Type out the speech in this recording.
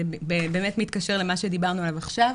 זה באמת מתקשר למה שדיברנו עליו עכשיו.